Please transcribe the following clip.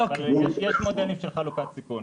יש עוד גורמי סיכון.